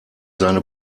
seine